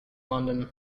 london